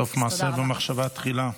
סוף מעשה במחשבה תחילה.